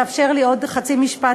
תאפשר לי עוד חצי משפט,